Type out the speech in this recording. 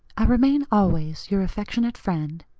i remain always your affectionate friend.